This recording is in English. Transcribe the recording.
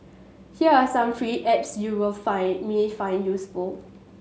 here are some free apps you will find may find useful